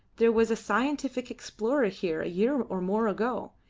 there was a scientific explorer here a year or more ago.